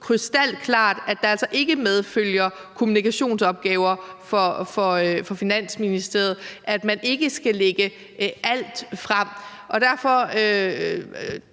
krystalklart, at der altså ikke medfølger kommunikationsopgaver for Finansministeriet, og at man ikke skal lægge alt frem. Derfor